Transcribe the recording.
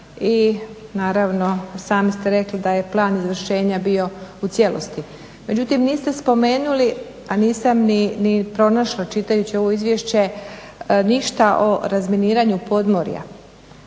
i naravno i sami ste rekli da je plan izvršenja bio u cijelosti. Međutim niste spomenuli a nisam ni pronašla čitajući ovo izvješće ništa o razminiranju podmorja.